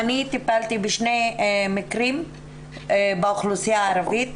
אני טיפלתי בשני מקרים באוכלוסייה הערבי,